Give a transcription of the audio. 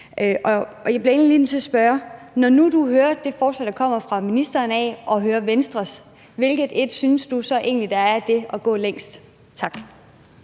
Når nu du hører om det forslag, der kommer fra ministeren, og hører om Venstres, hvilket af dem synes du så egentlig går længst? Kl.